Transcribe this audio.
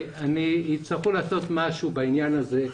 יצטרכו לעשות משהו בעניין הזה.